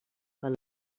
pel